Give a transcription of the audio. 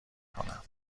کنن